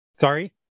Sorry